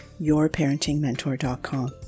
yourparentingmentor.com